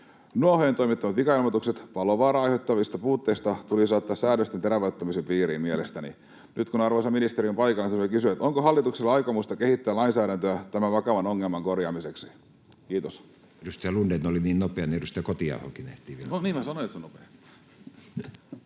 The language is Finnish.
Nuohoojien toimittamat vikailmoitukset palovaaraa aiheuttavista puutteista tulisi mielestäni ottaa säädösten terävöittämisen piiriin. Nyt, kun arvoisa ministeri on paikalla, tahtoisin kysyä: onko hallituksella aikomusta kehittää lainsäädäntöä tämän vakavan ongelman korjaamiseksi? — Kiitos. Edustaja Lundén oli niin nopea, niin edustaja Kotiahokin ehtii vielä. [Mikko Lundén: No, niin mä sanoin, että se on nopea!